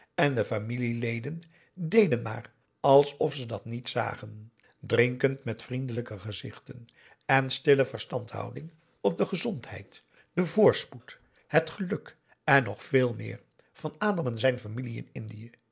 en de familieleden deden maar aum boe akar eel alsof ze dat niet zagen drinkend met vriendelijke gezichten en stille verstandhouding op de gezondheid den voorspoed het geluk en nog veel meer van adam en zijn